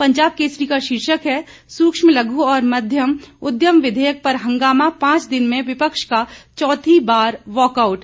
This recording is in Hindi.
पंजाब केसरी का शीर्षक है सूक्ष्म लघु और मध्यम उद्यम विधेयक पर हंगामा पांच दिन में विपक्ष का चौथी बार वॉकआउट